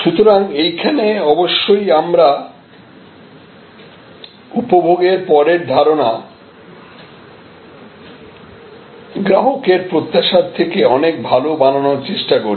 সুতরাং এইখানে অবশ্যই আমরা উপভোগের পরের ধারণা গ্রাহকের প্রত্যাশার থেকে অনেক ভালো বানাবার চেষ্টা করছি